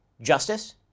justice